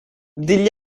degli